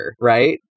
right